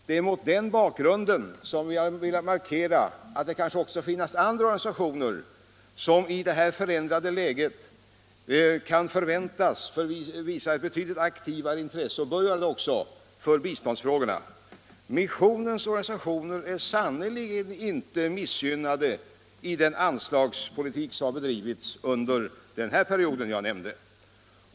Det är mot den bakgrunden vi har velat markera att det också kan finnas andra organisationer som i detta förändrade läge kan förväntas visa betydligt aktivare intresse för biståndsfrågorna och som också bör göra det. Missionens organisationer är sannerligen inte missgynnade i den anslagspolitik som bedrivits under den period jag nämnde.